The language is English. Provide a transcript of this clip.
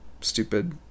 stupid